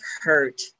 hurt